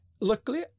luckily